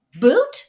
boot